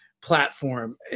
platform